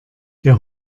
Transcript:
der